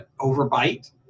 overbite